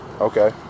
okay